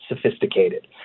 sophisticated